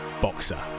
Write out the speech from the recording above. Boxer